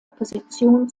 opposition